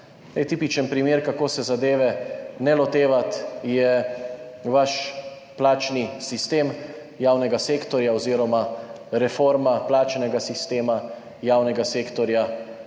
Tipičen primer, kako se zadeve ne lotevati, je vaš plačni sistem javnega sektorja oziroma reforma plačnega sistema javnega sektorja.